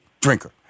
drinker